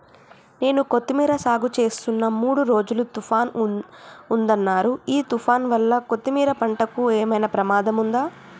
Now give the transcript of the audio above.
నేను కొత్తిమీర సాగుచేస్తున్న మూడు రోజులు తుఫాన్ ఉందన్నరు ఈ తుఫాన్ వల్ల కొత్తిమీర పంటకు ఏమైనా ప్రమాదం ఉందా?